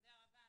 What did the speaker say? תודה רבה.